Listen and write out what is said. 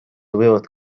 võivad